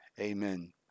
Amen